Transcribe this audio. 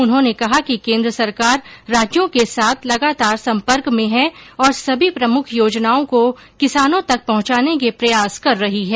उन्होंने कहा कि केन्द्र सरकार राज्यों के साथ लगातार संपर्क में है और सभी प्रमुख योजनाओं को किसानों तक पहुंचाने के प्रयास कर रही है